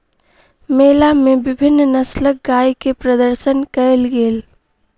मेला मे विभिन्न नस्लक गाय के प्रदर्शन कयल गेल